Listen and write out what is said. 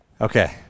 Okay